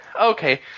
okay